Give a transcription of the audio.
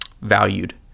valued